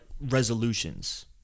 resolutions